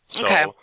Okay